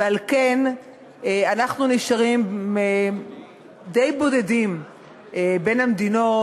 ועל כן אנחנו נשארנו די בודדים בין המדינות